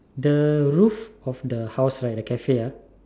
the roof of the house right the cafe ah